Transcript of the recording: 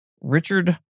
Richard